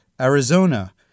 Arizona